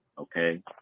Okay